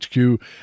HQ